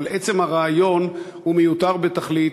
אבל עצם הרעיון הוא מיותר בתכלית,